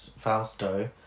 Fausto